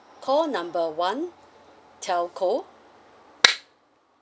call number one telco